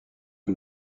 que